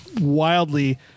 wildly